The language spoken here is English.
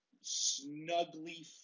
Snugly